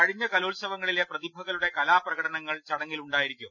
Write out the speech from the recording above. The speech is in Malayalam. കഴിഞ്ഞ കലോ ത്സവങ്ങളിലെ പ്രതിഭകളുടെ കലാപ്രകടങ്ങൾ ചടങ്ങിൽ ഉണ്ടായിരിക്കും